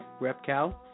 Repcal